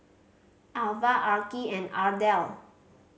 Alvah Arkie and Ardell